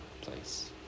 place